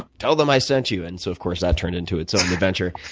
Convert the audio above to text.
tell them i sent you, and so, of course, that turned into its own adventure,